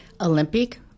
Olympic